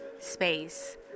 space